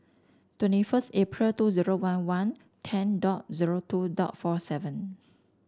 twenty first April two zero one one ten dot zero dot forty seven